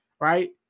right